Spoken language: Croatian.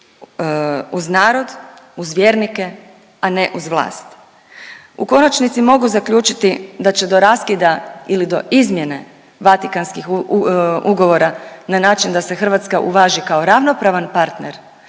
uz narod, uz vjernike, a ne uz vlast. U konačnici mogu zaključiti da će do raskida ili do izmjene Vatikanskih ugovora na način da se Hrvatska uvaži kao ravnopravan partner